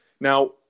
Now